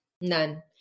None